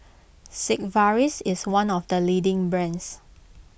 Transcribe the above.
Sigvaris is one of the leading brands